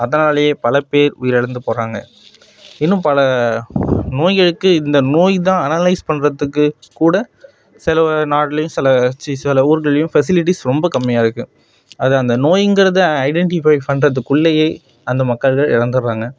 அதனாலயே பல பேர் உயிரிழந்து போகிறாங்க இன்னும் பல நோய்களுக்கு இந்த நோய் தான் அனலைஸ் பண்ணுறத்துக்கு கூட சில நாட்டுலையும் சி சில ஊர்லையும் ஃபெசிலிட்டீஸ் ரொம்ப கம்மியாருக்குது அது அந்த நோயிங்கிறத ஐடண்டிஃபை பண்றதுக்குள்ளையே அந்த மக்கள்கள் இறந்துர்ராங்க